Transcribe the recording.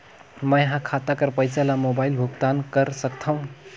मैं ह खाता कर पईसा ला मोबाइल भुगतान कर सकथव?